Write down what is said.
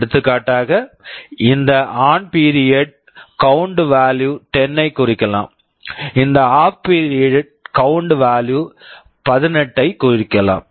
எடுத்துக்காட்டாக இந்த on ON period period count value count value 10 ஐக் குறிக்கலாம் இந்த off OFF period period count value count value 18 ஐக் குறிக்கலாம்